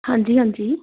ਹਾਂਜੀ ਹਾਂਜੀ